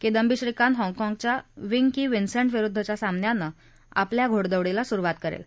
किदंबी श्रीकांत हाँगकाँगच्या Wing Ki Vincent विरुद्धच्या सामन्यानं आपल्या घोडदौडीला सुरुवात करेल